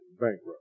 bankrupt